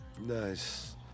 Nice